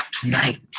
tonight